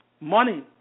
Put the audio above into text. money